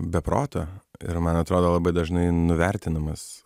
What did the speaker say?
be proto ir man atrodo labai dažnai nuvertinamas